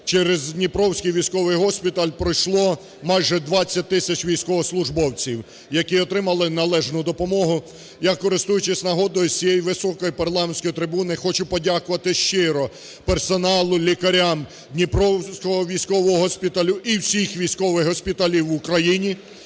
через Дніпровський військовий госпіталь пройшло майже 20 тисяч військовослужбовців, які отримали належну допомогу. Я, користуючись нагодою, з цієї високої парламентської трибуни хочу подякувати щиро персоналу, лікарям Дніпровського військового госпіталю і всіх військових госпіталів в Україні